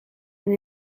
and